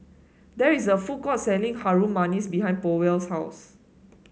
there is a food court selling Harum Manis behind Powell's house